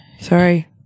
Sorry